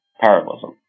parallelism